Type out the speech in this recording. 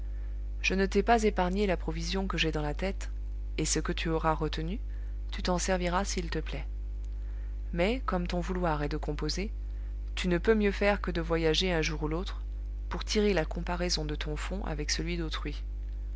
je ne t'ai pas épargné la provision que j'ai dans la tête et ce que tu auras retenu tu t'en serviras s'il te plaît mais comme ton vouloir est de composer tu ne peux mieux faire que de voyager un jour ou l'autre pour tirer la comparaison de ton fonds avec celui d'autrui